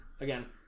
Again